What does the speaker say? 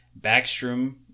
backstrom